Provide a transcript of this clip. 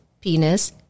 penis